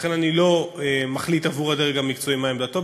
לכן אני לא מחליט עבור הדרג המקצועי מה עמדתו.